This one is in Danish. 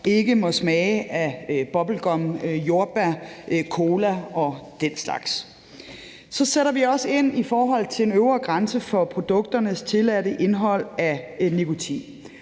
ikke må smage af bubblegum, jordbær, cola og den slags. Kl. 14:29 Så sætter vi også ind i forhold til en øvre grænse for produkternes tilladte indhold af nikotin.